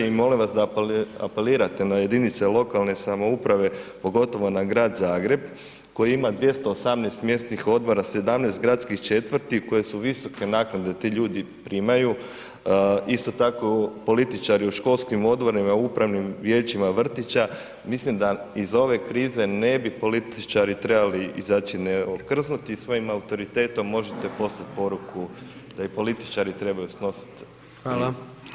I molim vas da apelirate ja jedinice lokalne samouprave pogotovo na grad Zagreb koji ima 218 mjesnih odbora, 17 gradskih četvrti u kojoj su visoke naknade ti ljudi primaju, isto tako političari u školskim odborima, upravnim vijećima vrtića mislim da iz ove krize ne bi političari trebali izaći okrznuti i svojim autoritetom možete poslati poruku da i političari trebaju snositi krizu.